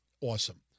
awesome